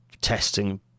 testing